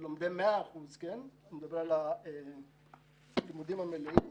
ללומדי 100%, אני מדבר על הלימודים המלאים,